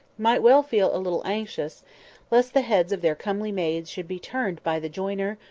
might well feel a little anxious lest the heads of their comely maids should be turned by the joiner,